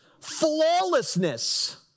flawlessness